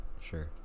Sure